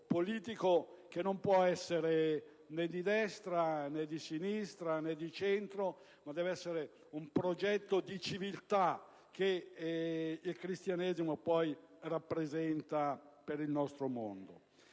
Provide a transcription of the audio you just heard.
politico che non può essere né di destra né di sinistra né di centro, ma deve essere un progetto di civiltà che il Cristianesimo rappresenta per il nostro mondo.